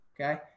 Okay